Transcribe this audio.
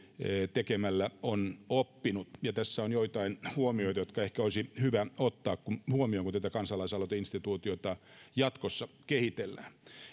tekemällä on oppinut ja tässä on joitain huomioita jotka ehkä olisi hyvä ottaa huomioon kun tätä kansalaisaloiteinstituutiota jatkossa kehitellään